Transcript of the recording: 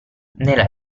nella